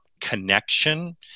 connection